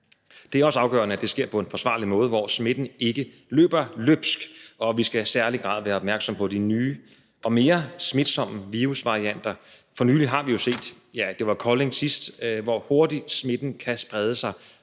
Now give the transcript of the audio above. Det er også afgørende, at det sker på en forsvarlig måde, hvor smitten ikke løber løbsk, og vi skal i særlig grad være opmærksom på de nye og mere smitsomme virusvarianter. For nylig har vi jo set – det var Kolding sidst – hvor hurtigt smitten kan sprede sig,